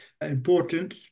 important